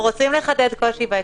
אנחנו רוצים לחדד קושי בהקשר הזה.